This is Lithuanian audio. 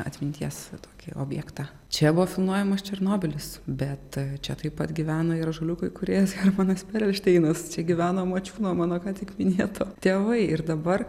atminties tokį objektą čia buvo filmuojamas černobylis bet čia taip pat gyveno ir ąžuoliuko įkūrėjas hermanas perelšteinas čia gyveno mačiūno mano ką tik minėto tėvai ir dabar